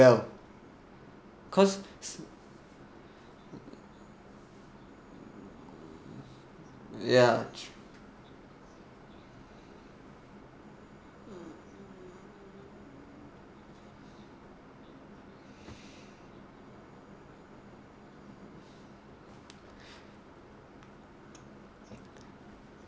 really well cause ya